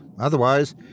Otherwise